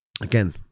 again